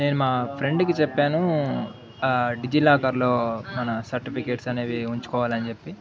నేను మా ఫ్రెండ్కి చెప్పాను డిజి లాకర్లో మన సర్టిఫికెట్స్ అనేవి ఉంచుకోవాలని చెప్పి